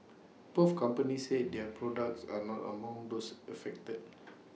both companies said their products are not among those affected